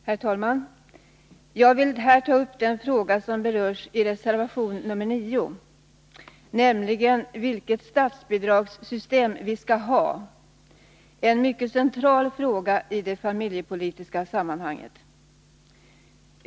Herr talman! Jag vill ta upp den fråga som berörs i reservation 9, nämligen vilket statsbidragssystem vi skall ha. Det är en mycket central fråga i det familjepolitiska sammanhanget.